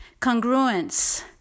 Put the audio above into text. congruence